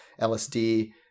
LSD